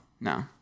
No